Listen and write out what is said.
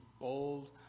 bold